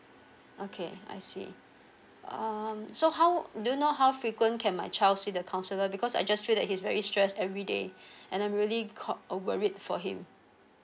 okay I see um so how do you know how frequent can my child see the counsellor because I just feel that is very stressed every day and I'm really cau~ worried for him